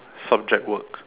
subject work